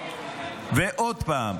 עוד פעם,